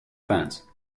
fans